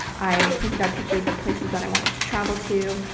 i printed out pictures of places that i wanted to travel to.